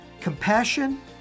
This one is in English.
compassion